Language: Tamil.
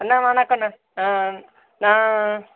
அண்ணா வணக்கண்ணா நான்